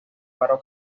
paro